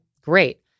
great